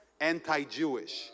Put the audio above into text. anti-Jewish